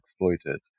exploited